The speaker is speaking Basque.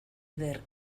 eder